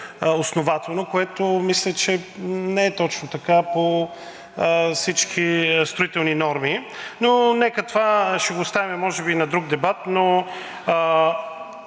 което мисля, че не е точно така по всички строителни норми. Но това ще го оставим може би за друг дебат.